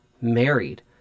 married